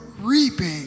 reaping